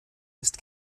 ist